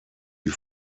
wie